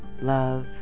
love